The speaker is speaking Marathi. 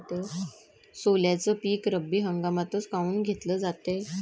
सोल्याचं पीक रब्बी हंगामातच काऊन घेतलं जाते?